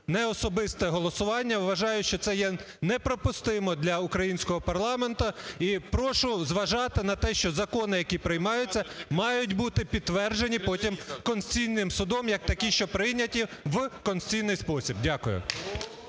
неособисте голосування, вважаю, що це є неприпустимо для українського парламенту. І прошу зважати на те, що закони, які приймаються, мають бути підтверджені потім Конституційним Судом як такі, що прийняті в конституційний спосіб. Дякую.